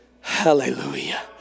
Hallelujah